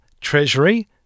Treasury